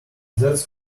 that’s